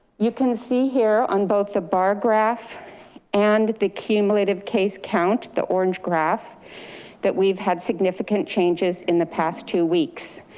you can see here on both the bar graph and the cumulative case count, the orange graph that we've had significant changes in the past two weeks.